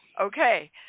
Okay